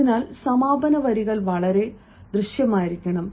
അതിനാൽ സമാപന വരികൾ വളരെ ദൃമായിരിക്കണം